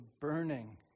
burning